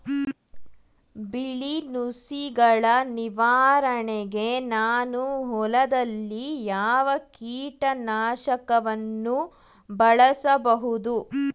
ಬಿಳಿ ನುಸಿಗಳ ನಿವಾರಣೆಗೆ ನಾನು ಹೊಲದಲ್ಲಿ ಯಾವ ಕೀಟ ನಾಶಕವನ್ನು ಬಳಸಬಹುದು?